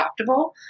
adoptable